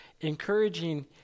encouraging